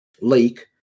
lake